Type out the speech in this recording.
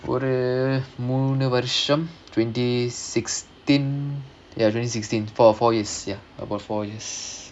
ஒரு மூணு வருஷம்:oru moonu varusham twenty sixteen ya twenty sixteen fou~ four years ya about four years